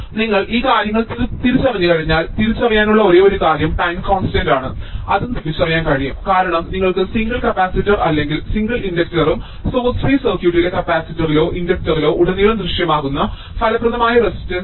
നിങ്ങൾ ആ കാര്യങ്ങൾ തിരിച്ചറിഞ്ഞുകഴിഞ്ഞാൽ തിരിച്ചറിയാനുള്ള ഒരേയൊരു കാര്യം ടൈം കോൺസ്റ്റന്റ് ആണ് അതും തിരിച്ചറിയാൻ കഴിയും കാരണം നിങ്ങൾക്ക് സിംഗിൾ കപ്പാസിറ്റർ അല്ലെങ്കിൽ സിംഗിൾ ഇൻഡക്ടറും സോഴ്സ് ഫ്രീ സർക്യൂട്ടിലെ കപ്പാസിറ്ററിലോ ഇൻഡക്ടറിലോ ഉടനീളം ദൃശ്യമാകുന്ന ഫലപ്രദമായ റെസിസ്റ്റൻസ് ഉണ്ട്